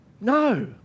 No